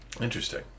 Interesting